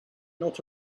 not